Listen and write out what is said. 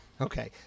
Okay